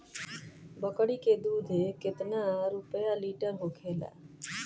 बकड़ी के दूध केतना रुपया लीटर होखेला?